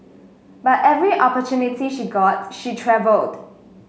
but every opportunity she got she travelled